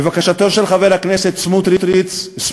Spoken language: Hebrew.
לבקשתו של חבר הכנסת סמוּטריץ,